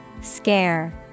Scare